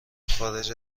خارج